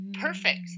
Perfect